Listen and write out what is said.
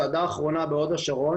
הצעדה האחרונה בהוד השרון